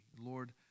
Lord